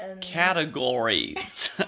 categories